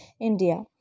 india